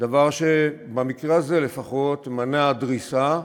דבר שבמקרה הזה לפחות מנע דריסה.